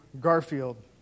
Garfield